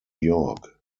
york